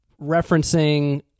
referencing